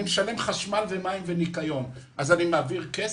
אם אני משלם חשמל, מים וניקיון אז אני מעביר כסף?